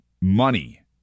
money